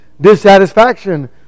dissatisfaction